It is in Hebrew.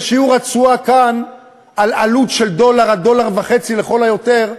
ושיעור התשואה כאן על עלות של דולר עד דולר וחצי לכל היותר,